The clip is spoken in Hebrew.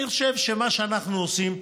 אני חושב שמה שאנחנו עושים,